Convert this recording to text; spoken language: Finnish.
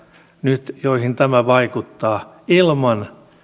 nyt joihin tämä vaikuttaa ilman